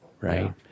right